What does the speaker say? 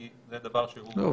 כי זה דבר שהוא --- לא,